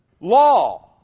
law